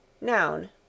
Noun